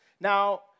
Now